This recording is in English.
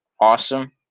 awesome